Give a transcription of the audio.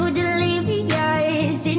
delirious